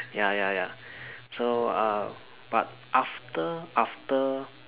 ya ya ya so uh but after after